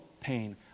pain